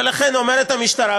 ולכן אומרת המשטרה,